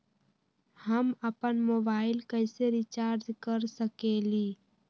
हम अपन मोबाइल कैसे रिचार्ज कर सकेली?